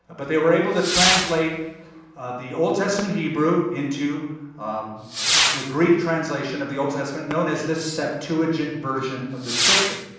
but they were able to translate the old testament hebrew into um the greek translation of the old testament, known as the septuagint version of the scripture.